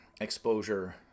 exposure